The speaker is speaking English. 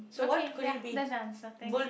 okay ya that's the answer thank you